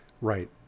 Right